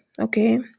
okay